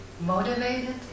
motivated